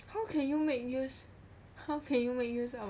how can you make use how can you make use of